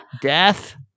Death